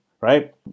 right